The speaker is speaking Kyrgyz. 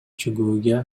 чыгууга